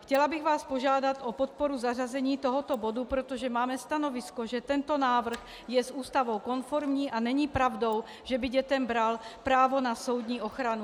Chtěla bych vás požádat o podporu zařazení tohoto bodu, protože máme stanovisko, že tento návrh je s Ústavou konformní a není pravdou, že by dětem bral právo na soudní ochranu.